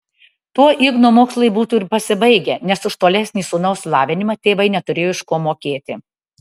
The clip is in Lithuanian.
tuo igno mokslai būtų ir pasibaigę nes už tolesnį sūnaus lavinimą tėvai neturėjo iš ko mokėti